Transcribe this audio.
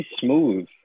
smooth